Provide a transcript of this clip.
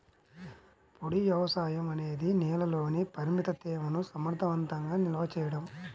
పొడి వ్యవసాయం అనేది నేలలోని పరిమిత తేమను సమర్థవంతంగా నిల్వ చేయడం